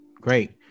great